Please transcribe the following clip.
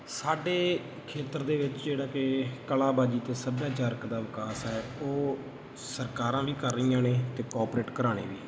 ਸਾਡੇ ਖੇਤਰ ਦੇ ਵਿੱਚ ਜਿਹੜਾ ਕਿ ਕਲਾਬਾਜ਼ੀ ਅਤੇ ਸੱਭਿਆਚਾਰਕ ਦਾ ਵਿਕਾਸ ਹੈ ਉਹ ਸਰਕਾਰਾਂ ਵੀ ਕਰ ਰਹੀਆਂ ਨੇ ਅਤੇ ਕੌਪਰੇਟ ਘਰਾਣੇ ਵੀ